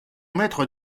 maître